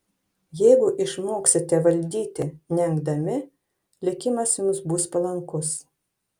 jeigu išmoksite valdyti neengdami likimas jums bus palankus